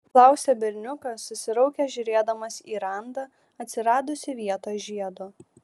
klausia berniukas susiraukęs žiūrėdamas į randą atsiradusį vietoj žiedo